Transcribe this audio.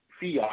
Fiat